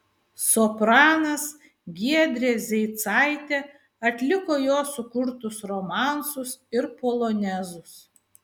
sopranas giedrė zeicaitė atliko jo sukurtus romansus ir polonezus